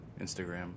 Instagram